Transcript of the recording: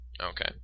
Okay